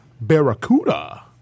Barracuda